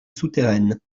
souterraine